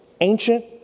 ancient